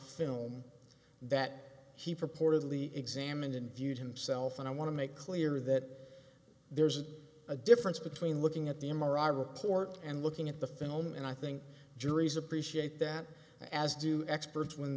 film that he purportedly examined and viewed himself and i want to make clear that there's a difference between looking at the m r i report and looking at the film and i think juries appreciate that as do experts when